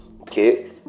Okay